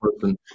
person